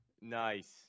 Nice